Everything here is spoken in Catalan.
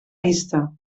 vista